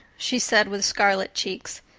she said, with scarlet cheeks,